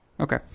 Okay